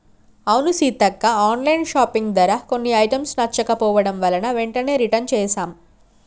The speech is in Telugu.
అవును సీతక్క ఆన్లైన్ షాపింగ్ ధర కొన్ని ఐటమ్స్ నచ్చకపోవడం వలన వెంటనే రిటన్ చేసాం